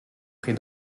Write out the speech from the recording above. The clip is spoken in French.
prix